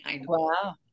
Wow